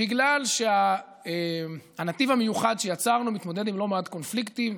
בגלל שהנתיב המיוחד שיצרנו מתמודד עם לא מעט קונפליקטים,